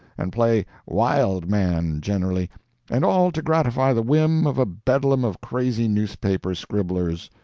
and play wild man generally and all to gratify the whim of a bedlam of crazy newspaper scribblers?